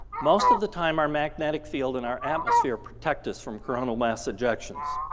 most of the time our magnetic field in our atmosphere protects us from coronal mass ejections.